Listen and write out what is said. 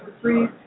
three